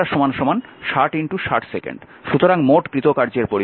আবার 1 ঘন্টা 60 60 সেকেন্ড